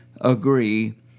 agree